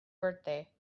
birthday